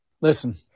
Listen